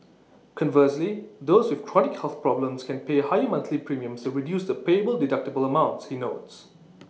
conversely those with chronic health problems can pay higher monthly premiums to reduce the payable deductible amounts he notes